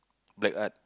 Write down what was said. black art